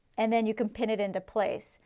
and then you can pin it into place.